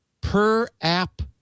per-app